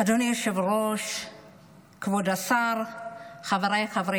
נעבור לנושא הבא על סדר-היום,